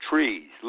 Trees